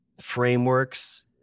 frameworks